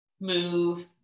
move